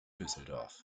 düsseldorf